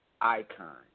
icon